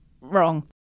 Wrong